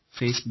Facebook